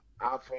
iPhone